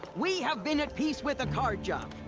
we have been at peace with the carja.